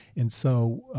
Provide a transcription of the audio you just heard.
and so